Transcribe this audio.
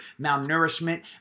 malnourishment